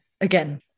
again